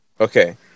Okay